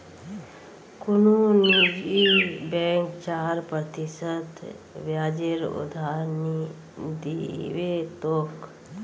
कुनु निजी बैंक चार प्रतिशत ब्याजेर उधार नि दीबे तोक